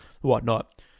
whatnot